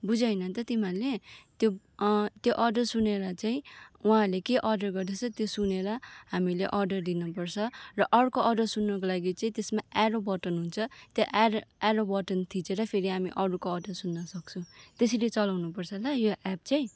बुझ्यो होइन त तिमीहरूले त्यो अर्डर सुनेर चाहिँ उहाँहरूले के अर्डर गर्दैछ त्यो सुनेर हामीले अर्डर दिनुपर्छ र अर्को अर्डर सुन्नुको लागि चाहिँ त्यसमा एरो बटन हुन्छ त्यो एरो एरो बटन थिचेर फेरि हामी अरूको अर्डर सुन्नु सक्छौँ त्यसरी चलाउनुपर्छ ल यो एप चाहिँ